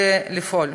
ולפעול.